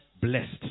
blessed